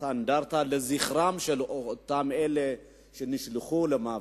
אנדרטה לזכרם של אותם אלה שנשלחו למוות,